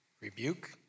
rebuke